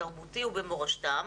התרבותי ובמורשתם.